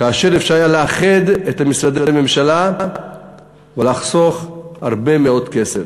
כאשר אפשר היה לאחד את משרדי הממשלה ולחסוך הרבה מאוד כסף.